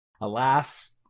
alas